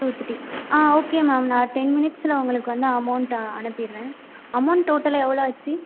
two three okay ma'am நான் ten மினிட்ஸ்ல உங்களுக்கு வந்து அமௌண்ட் அனுப்பிடுறேன் அமௌண்ட் டோட்டலாக எவ்வளோ ஆச்சு